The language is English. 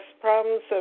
problems